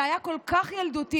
זה היה כל כך ילדותי,